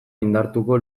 indartuko